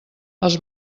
els